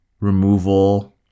removal